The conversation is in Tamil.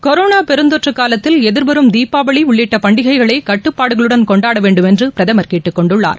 கொரோனா பெருந்தொற்று காலத்தில் எதிர்வரும் தீபாவளி உள்ளிட்ட பண்டிகைகளை கட்டுப்பாடுகளுடன் கொண்டாட வேண்டும் என்று பிரதமர் கேட்டுக்கொண்டுள்ளார்